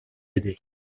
بده